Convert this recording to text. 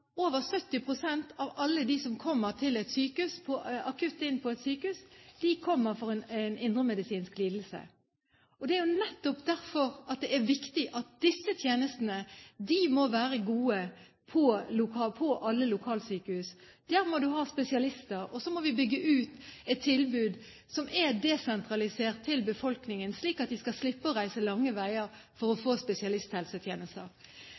over 70 pst. av alle dem som kommer akutt inn på et sykehus, kommer for en indremedisinsk lidelse. Det er nettopp derfor det er viktig at disse tjenestene må være gode på alle lokalsykehus. Der må du ha spesialister, og så må vi bygge ut et tilbud som er desentralisert, til befolkningen, slik at de skal slippe å reise lange veier for å